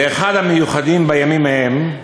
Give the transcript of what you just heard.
לאחד המיוחדים בימים ההם,